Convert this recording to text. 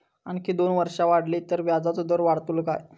आणखी दोन वर्षा वाढली तर व्याजाचो दर वाढतलो काय?